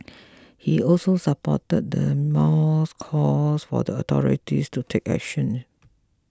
he also supported the mall's calls for the authorities to take action